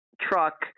truck